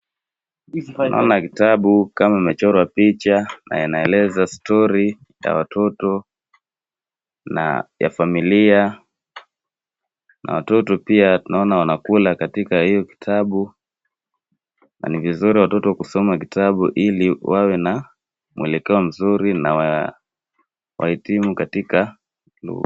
Naona kitabu kama amechorwa picha na anaeleza story ya watoto na ya familia. Na watoto pia tunaona wanakula katika hiyo kitabu. Na ni vizuri watoto kusoma kitabu ili wawe na mwelekeo mzuri na wa, wahitimu katika lu..